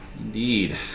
Indeed